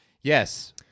Yes